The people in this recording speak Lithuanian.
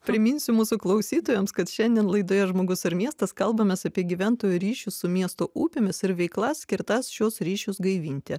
priminsiu mūsų klausytojams kad šiandien laidoje žmogus ir miestas kalbamės apie gyventojų ryšius su miesto upėmis ir veiklas skirtas šiuos ryšius gaivinti